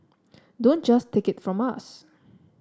don't just take it from us